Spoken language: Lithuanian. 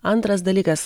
antras dalykas